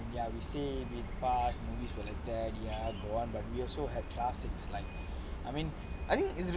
ya you say with past movies were like that ya the [one] but we also have classics like I mean I think it's